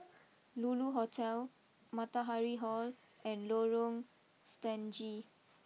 Lulu Hotel Matahari Hall and Lorong Stangee